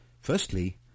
firstly